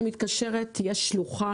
אני מתקשרת, יש שלוחה.